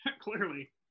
Clearly